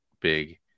Big